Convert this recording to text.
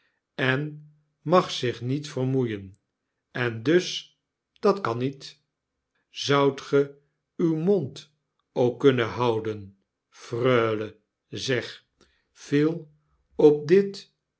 en mag zich niet vermoeien-endus dat kan niet h zoudt ge uw mond ook kunnen houden freule zeg viel op dit